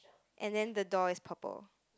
and then the door is purple